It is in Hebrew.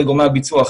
זה גורמי הביצוע.